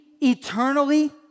eternally